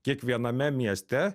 kiekviename mieste